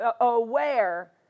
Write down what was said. aware